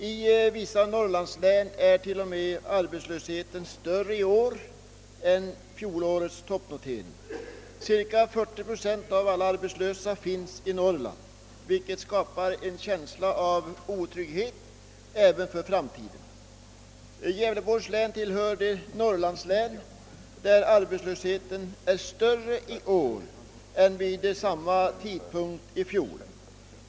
I vissa norrlandslän är arbetslösheten till och med större i år än som framgått av fjolårets toppnotering. Cirka 40 procent av alla arbetslösa finns i Norrland, vilket skapar en känsla av otrygghet även för framtiden. Gävleborgs län tillhör de norrlandslän där arbetslösheten är större i år än den var vid motsvarande tidpunkt i fjol.